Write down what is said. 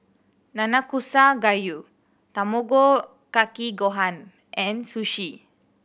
Nanakusa Gayu Tamago Kake Gohan and Sushi